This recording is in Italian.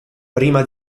prima